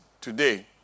today